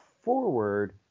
forward